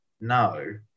No